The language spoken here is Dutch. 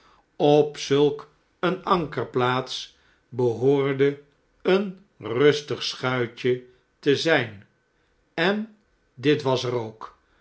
op zulk een ankerplaats behoorde een rustig schuitje te zn'n en dit was er ook